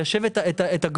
ליישב את הגבול,